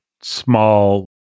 small